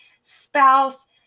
spouse